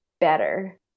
better